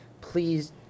Please